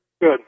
Good